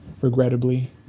regrettably